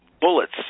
bullets